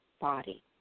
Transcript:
body